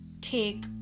take